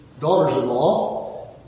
daughters-in-law